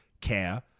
care